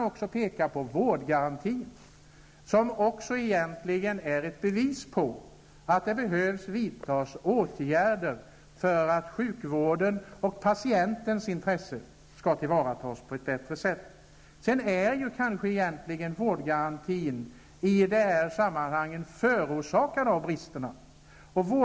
Jag vill peka på vårdgarantin, som är ett bevis på att åtgärder behöver vidtas för att patientens intresse skall kunna tillvaratas på ett bättre sätt. Vårdgarantin är egentligen en följd av bristerna.